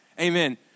Amen